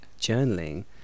journaling